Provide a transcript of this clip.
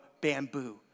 bamboo